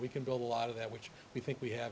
we can build a lot of that which we think we